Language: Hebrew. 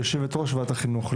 ליושבת ראש ועדת החינוך,